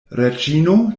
reĝino